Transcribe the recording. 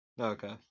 Okay